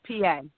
PA